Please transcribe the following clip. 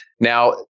Now